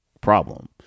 problem